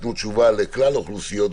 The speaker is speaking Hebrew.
שיתנו תשובה לכלל האוכלוסיות,